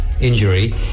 injury